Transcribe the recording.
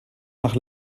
nach